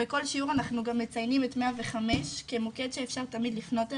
בכל שיעור אנחנו גם מציינים את 105 כמוקד שאפשר תמיד לפנות אליו,